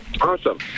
Awesome